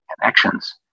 connections